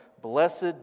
Blessed